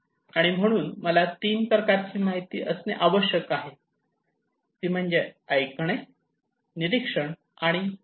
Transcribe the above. आणि म्हणून मला तीन प्रकारची माहिती असणे आवश्यक आहे ते म्हणजे ऐकणे निरीक्षण आणि चर्चा